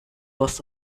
was